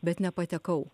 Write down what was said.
bet nepatekau